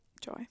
joy